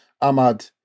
Ahmad